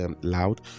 loud